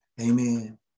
Amen